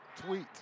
tweet